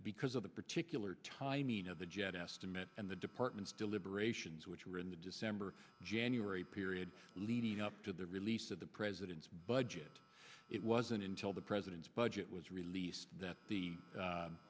because of the particular time ino the jet estimate and the department's deliberations which were in the december january period leading up to the release of the president's budget it wasn't until the president's budget was released that the